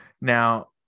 now